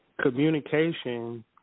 communication